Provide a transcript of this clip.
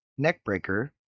neckbreaker